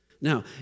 Now